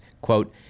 quote